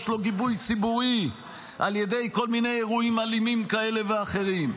ויש לו גיבוי ציבורי על ידי כל מיני אירועים אלימים כאלה ואחרים.